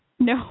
No